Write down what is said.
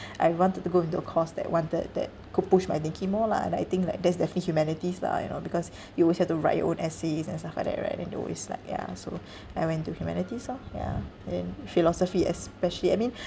I wanted to go into a course that wanted that could push my thinking more lah and I think like that's definitely humanities lah you know because you would always have to write your own essays and stuff like that right then they always like ya so I went to humanities lor ya and then philosophy especially I mean